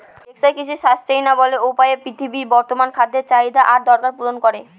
টেকসই কৃষি সাস্টেইনাবল উপায়ে পৃথিবীর বর্তমান খাদ্য চাহিদা আর দরকার পূরণ করে